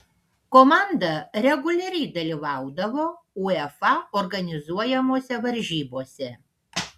komanda reguliariai dalyvaudavo uefa organizuojamose varžybose